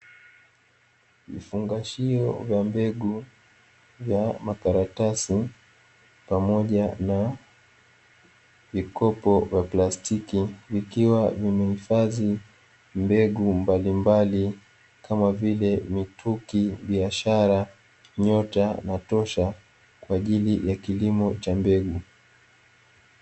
Vifungashio vya mbegu vya makaratasi pamoja na vikopo vya plastiki vikiwa vimehifadhi mbegu mbalimbali kama vile mituki, biashara, nyota na tosha kwa ajili ya kilimo cha mbegu.